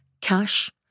cash